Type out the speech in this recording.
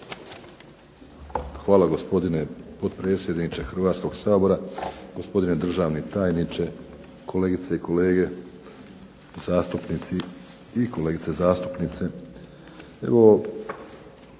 Hvala gospodine potpredsjedniče Hrvatskog sabora, gospodine državni tajniče, kolegice i kolege zastupnici i kolegice zastupnice. Evo